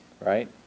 right